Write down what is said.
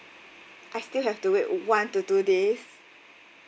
I still have to wait one to two days